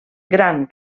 gran